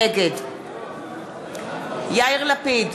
נגד יאיר לפיד,